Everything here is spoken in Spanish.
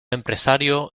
empresario